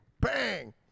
Bang